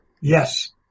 Yes